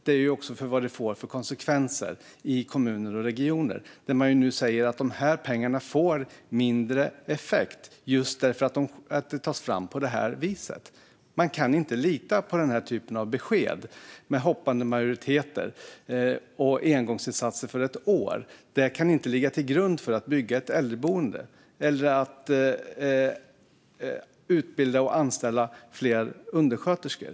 Det handlar också om vad det får för konsekvenser i kommuner och regioner, där man nu säger att de här pengarna får mindre effekt just eftersom de tas fram på detta vis. Man kan inte lita på den här typen av besked, med hoppande majoriteter och engångsinsatser för ett år. Det kan inte ligga till grund för att bygga ett äldreboende eller att utbilda och anställa fler undersköterskor.